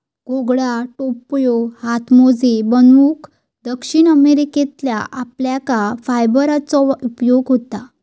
घोंगडा, टोप्यो, हातमोजे बनवूक दक्षिण अमेरिकेतल्या अल्पाका फायबरचो उपयोग होता